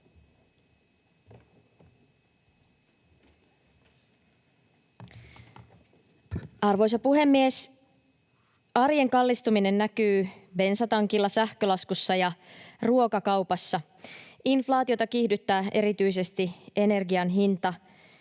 Arvoisa puhemies! Arjen kallistuminen näkyy bensatankilla, sähkölaskussa ja ruokakaupassa. Inflaatiota kiihdyttää erityisesti energian hinta,